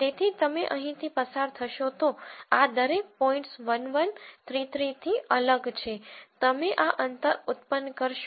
તેથી તમે અહીંથી પસાર થશો તો આ દરેક પોઇંટ્સ 1 1 3 3 થી અલગ છે તમે આ અંતર ઉત્પન્ન કરશો